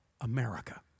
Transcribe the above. America